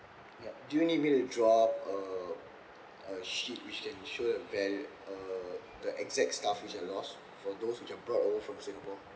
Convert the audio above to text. yup do you need me to drop a a sheet which valu~ uh the exact stuff which I lost for those which I brought over from singapore